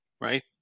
Right